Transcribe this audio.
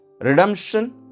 Redemption